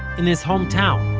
in his hometown.